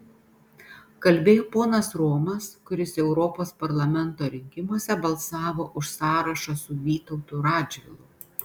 kalbėjo ponas romas kuris europos parlamento rinkimuose balsavo už sąrašą su vytautu radžvilu